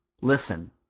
listen